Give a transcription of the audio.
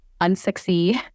unsexy